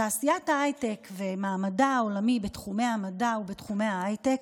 תעשיית ההייטק ומעמדה העולמי בתחומי המדע ובתחומי ההייטק